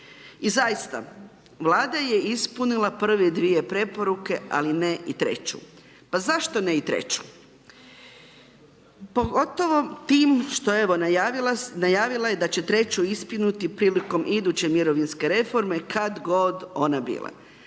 I zaista, Vlada je ispunila prve dvije preporuke ali ne i treću. Pa zašto ne i treću? Pogotovo tim što evo najavila je da će treću ispuniti prilikom iduće mirovinske reforme kad god ona bila.